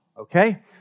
okay